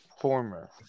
former